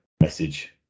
message